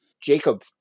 Jacob